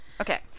okay